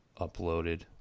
uploaded